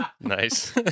Nice